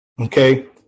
Okay